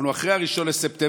אנחנו אחרי 1 בספטמבר,